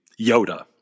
Yoda